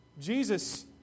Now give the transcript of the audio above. Jesus